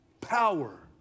power